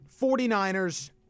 49ers